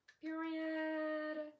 Period